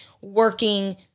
working